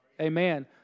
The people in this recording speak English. Amen